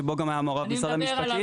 שבו גם היה מעורב משרד המשפטים,